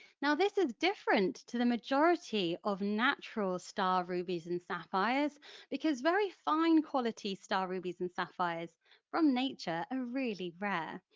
this is different to the majority of natural star rubies and sapphires because very fine quality star rubies and sapphires from nature are really rare.